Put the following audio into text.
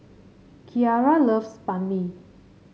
Keara loves Banh Mi